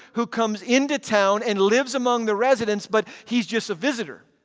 who comes into town and lives among the residents, but he's just a visitor.